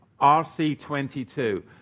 RC22